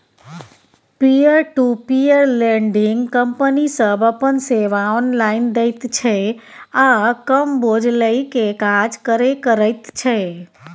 peer to peer lending company सब अपन सेवा ऑनलाइन दैत छै आ कम बोझ लेइ के काज करे करैत छै